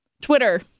Twitter